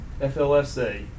FLSA